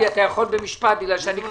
רועי, אתה יכול במשפט כי אני סיימתי?